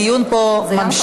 הדיון פה נמשך.